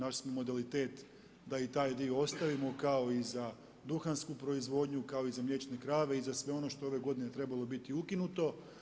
Našli smo modalitet da i taj dio ostavimo kao i za duhansku proizvodnju, kao i za mliječne krave i za sve ono što je ove godine trebalo biti ukinuto.